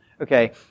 Okay